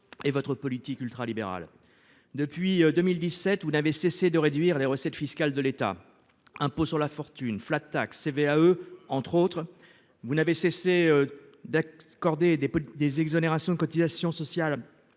Et votre politique libérale depuis 2017 ou n'avait cessé de réduire les recettes fiscales de l'État. Impôt sur la fortune flat tax CVAE entre autres. Vous n'avez cessé d'accorder des des exonérations de cotisations sociales